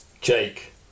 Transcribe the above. Jake